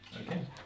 Okay